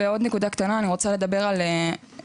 ועוד נקודה קטנה אני רוצה לדבר על סטודנטים